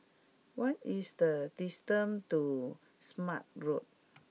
what is the distance to Smart Road